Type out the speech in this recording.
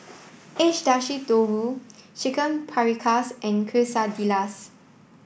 Agedashi Dofu Chicken Paprikas and Quesadillas